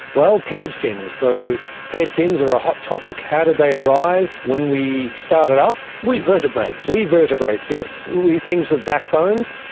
well, paired fins. so paired fins are a hot topic. how did they arise? when we started off. we vertebrates. we vertebrates, yes, we things with backbones,